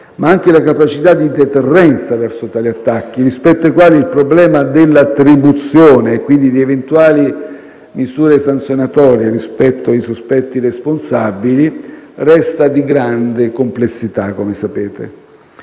ma anche la capacità di deterrenza verso tali attacchi, rispetto ai quali il problema dell'attribuzione, e quindi di eventuali misure sanzionatorie nei confronti dei sospetti responsabili, resta di grande complessità. Guardiamo